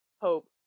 hope